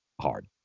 hard